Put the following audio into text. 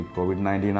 Covid-19